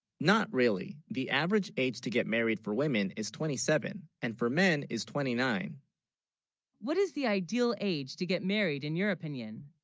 not really the average, age to get married for women is twenty seven and for men is twenty nine what is the ideal age to get married in your opinion?